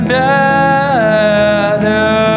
better